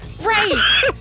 Right